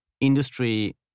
industry